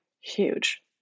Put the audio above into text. huge